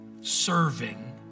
serving